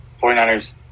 49ers